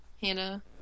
Hannah